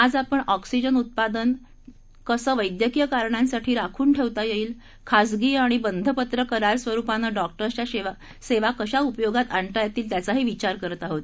आज आपण ऑक्सिजन उत्पादन कसं वैद्यकीय कारणांसाठी राखून ठेवता येईल खासगी आणि बंधपत्र करार स्वरूपानं डॉक्टर्सच्या सेवा कशा उपयोगात आणता येईल त्याचाही विचार करत आहोत